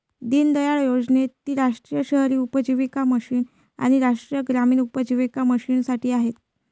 दीनदयाळ योजनेत ती राष्ट्रीय शहरी उपजीविका मिशन आणि राष्ट्रीय ग्रामीण उपजीविका मिशनसाठी आहे